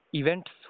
events